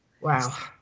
Wow